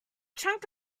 trunk